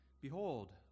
Behold